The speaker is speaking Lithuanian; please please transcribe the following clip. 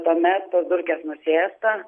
tuome dulkės nusėsta